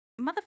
motherfucker